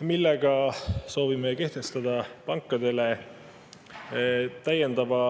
millega soovime kehtestada pankadele täiendava